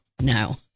no